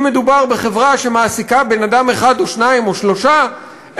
אם מדובר בחברה שמעסיקה בן-אדם אחד או שניים או שלושה,